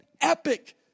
epic